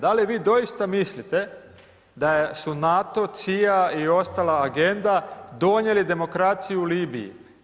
Da li vi doista mislite da su NATO, CIA i ostala agenda donijeli demokraciju Libiji?